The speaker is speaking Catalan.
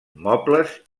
mobles